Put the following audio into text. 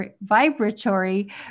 vibratory